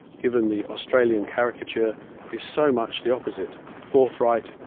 given the australian caricature is so much the opposite forthright,